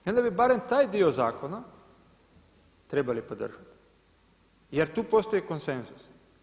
I onda bi barem taj dio zakona trebali podržati, jer tu postoje konsenzusi.